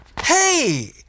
Hey